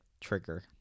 trigger